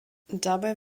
dabei